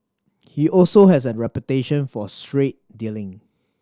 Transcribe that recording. he also has a reputation for straight dealing